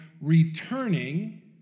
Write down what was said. returning